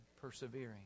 persevering